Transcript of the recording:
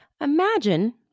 imagine